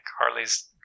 Harley's